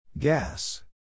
Gas